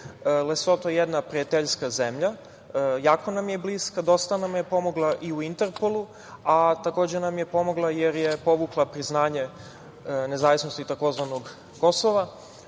Lesoto je jedna prijateljska zemlja, jako nam je bliska, dosta nam je pomogla i u Interpolu, a takođe nam je pomogla jer je povukla priznanje nezavisnosti tzv. Kosova. Lesoto